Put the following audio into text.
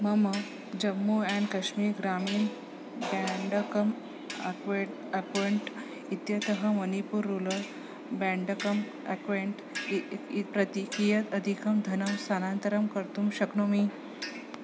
मम जम्मू अण्ड् कश्मीर् ग्रामीन् बेण्डकम् account account इत्यतः मनिपुर् रूलर् बेण्डकम् अक्वेण्ट् प्रति कियत् अधिकं धनं स्थानान्तरं कर्तुं शक्नोमि